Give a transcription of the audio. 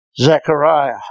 Zechariah